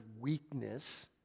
weakness